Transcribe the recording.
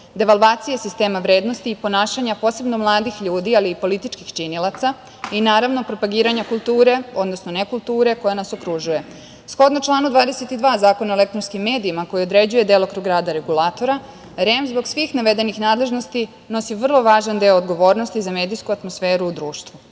devalvacije sistema vrednosti i ponašanja, a posebno mladih ljudi, ali i političkih činilaca i naravno propagiranja kulture, odnosno nekulture koja nas okružuje. Shodno članu 22. Zakona o elektronskim medijima koji određuje delokrug rada Regulatora, REM zbog svih navedenih nadležnosti nosi vrlo važan deo odgovornosti za medijsku atmosferu u društvu. Važno